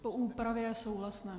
Po úpravě souhlasné.